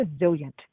resilient